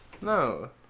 No